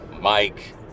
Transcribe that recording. Mike